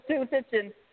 attention